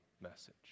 message